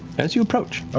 as you approach.